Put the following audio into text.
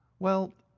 well,